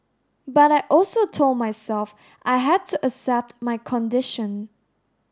but I also told myself I had to accept my condition